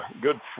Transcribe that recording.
good